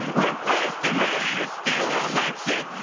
refreshed and ready to steal an election,